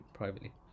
privately